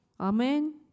Amen